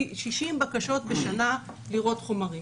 60 בקשות בשנה לראות חומרים.